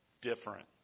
different